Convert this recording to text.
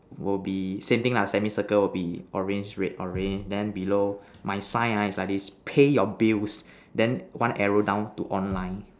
will be same thing lah semi circle will be orange red orange then below my sign ah is like this pay your bills then one arrow down to online